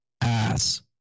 ass